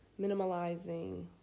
minimalizing